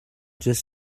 just